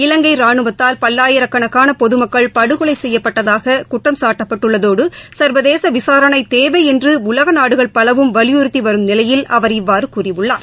இவங்கை ரானுவத்தால் பல்லாயிரக்கணக்கான பொதுமக்கள் படுகொலை செய்யப்பட்டதாக குற்றம்சாட்டப்பட்டுள்ளதோடு சா்வதேச விசாரஎண தேவை என்று உலக நாடுகள் பலவும் வலியுறத்தி வரும் நிலையில் அவர் இவ்வாறு கூறியுள்ளார்